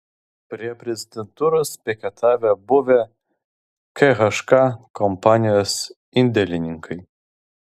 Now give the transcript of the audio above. prie prezidentūros piketavę buvę khk kompanijos indėlininkai